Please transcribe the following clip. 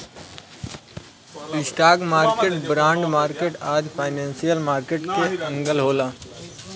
stock market, bond market आदि financial market के अंग होला